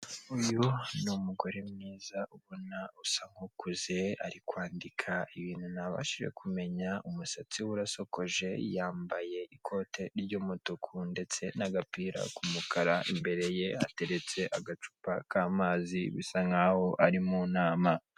Uyu ni umugore mwiza ubona usa nk'ukuze, arikwandika ibintu ntabashije kumenya, umusatsi we urasokoje, yambaye ikote ry'umutuku ndetse n'agapira k'umukara. Imbere ye hateretse agacupa k'amazi bisa nkaho ari mu nama.